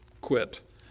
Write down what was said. quit